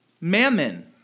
mammon